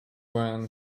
when